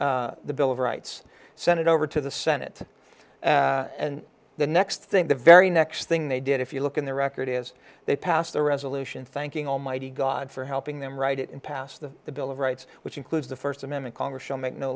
d the bill of rights senate over to the senate and the next thing the very next thing they did if you look in the record is they passed the resolution thanking almighty god for helping them write it and pass the the bill of rights which includes the first amendment congress shall make no